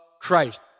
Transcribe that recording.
Christ